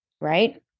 right